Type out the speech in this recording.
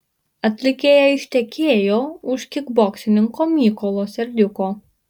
atlikėja ištekėjo už kikboksininko mykolo serdiuko